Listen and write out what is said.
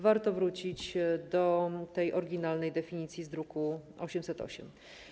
Warto wrócić do oryginalnej definicji z druku nr 808.